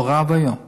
נורא ואיום.